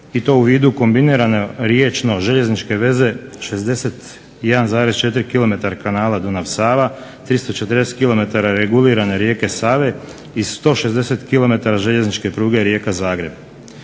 i to u vidu kombinirane riječno-željezničke veze 61,4 kilometar kanala Dunav-Sava, 340 kilometara regulirane rijeke Save, i 160 kilometara željezničke pruge Rijeka-Zagreb.